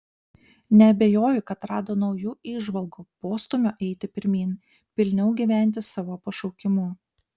neabejoju kad rado naujų įžvalgų postūmio eiti pirmyn pilniau gyventi savo pašaukimu